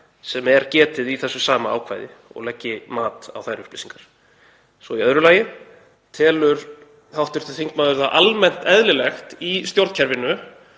sem er getið í þessu sama ákvæði og leggi mat á þær upplýsingar? Í öðru lagi: Telur hv. þingmaður það almennt eðlilegt í stjórnkerfinu